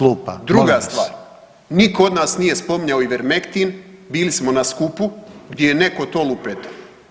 Druga stvar, nitko od nas nije spominjao Ivermektin, bili smo na skupu gdje je netko to lupetao.